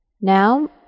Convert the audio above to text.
Now